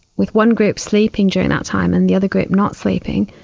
with one group sleeping during that time and the other group not sleeping,